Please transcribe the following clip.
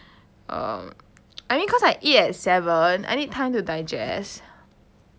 um I mean cause I eat at seven I need time to digest